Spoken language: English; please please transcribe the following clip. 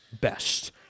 best